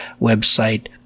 website